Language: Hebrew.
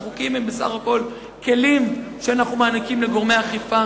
החוקים הם בסך הכול כלים שאנחנו מעניקים לגורמי האכיפה.